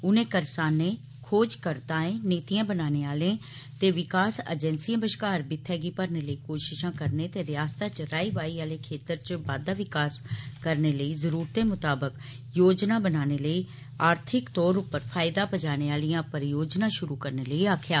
उन्ने करसानें खोजकर्तायें नीतियां बनाने आलें ते विकास एजेंसियें बश्कार बित्थें गी भरने लेई कोशशा करने ते रियासता च राई बाई आले खेतर च बाधा विकास करने लेई जरुरतें म्ताबक योजना बनाने लेई आर्थिक तौर उप्पर फायदा पजाने आलीयां परियोजना श्रु करने लेई आक्खेया